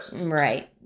Right